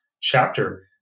chapter